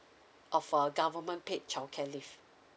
of uh government paid childcare leave